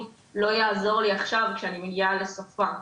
לא יעזור לי עכשיו כשאני מגיעה לסופה.